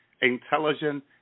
intelligent